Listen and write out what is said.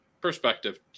perspective